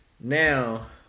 Now